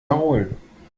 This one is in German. erholen